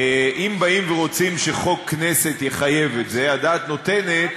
אם באים ורוצים שחוק כנסת יחייב את זה, הדעת נותנת